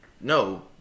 no